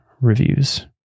reviews